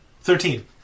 Thirteen